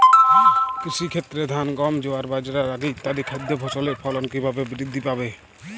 কৃষির ক্ষেত্রে ধান গম জোয়ার বাজরা রাগি ইত্যাদি খাদ্য ফসলের ফলন কীভাবে বৃদ্ধি পাবে?